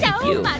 yeah you.